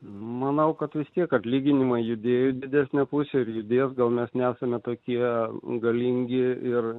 manau kad vis tiek atlyginimai judėjų didesnę pusę ir judėjo atgal mes nesame tokie galingi ir